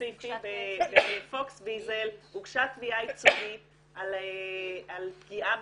הספציפי בפוקס ויזל הוגשה תביעה ייצוגית על פגיעה